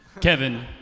Kevin